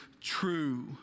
true